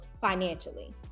financially